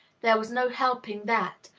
there was no helping that,